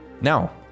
Now